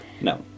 no